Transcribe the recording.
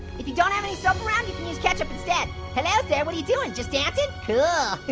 if you don't have any soap around, you can use ketchup instead. hello, sir, what are you doing? just dancing? cool.